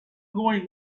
going